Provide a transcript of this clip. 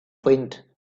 wind